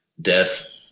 death